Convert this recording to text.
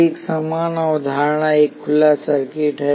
तो एक समान अवधारणा एक खुला सर्किट है